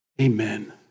Amen